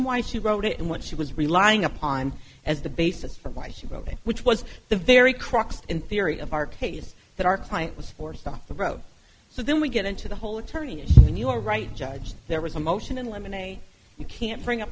why she wrote it and what she was relying upon as the basis for why she wrote it which was the very crux in theory of our case that our client was forced off the road so then we get into the whole attorney and when you are right judge there was a motion in limine a you can't bring up